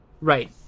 Right